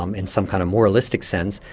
um in some kind of moralistic sense,